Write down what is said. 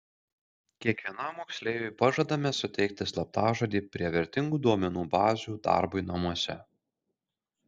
kiekvienam moksleiviui pažadame suteikti slaptažodį prie vertingų duomenų bazių darbui namuose